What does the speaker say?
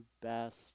best